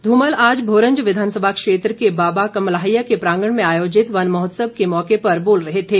धूमल आज भोरंज विधानसभा क्षेत्र के बाबा कमलाहिया के प्रांगण में आयोजित वन महोत्सव के मौके पर बोल रहे थे